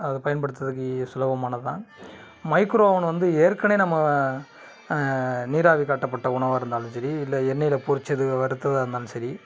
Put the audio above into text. அது பயன்படுத்துகிறதுக்கு சுலபமானதுதான் மைக்ரோ ஓவன் வந்து ஏற்கனே நம்ம நீராவி காட்டப்பட்ட உணவாக இருந்தாலும் சரி இல்லை எண்ணெயில் பொரித்தது வருத்ததாக இருந்தாலும் சரி